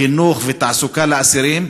חינוך ותעסוקה לאסירים,